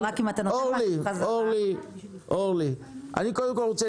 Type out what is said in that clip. אני קודם כל רוצה